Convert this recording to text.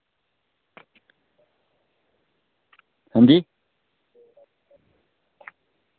अंजी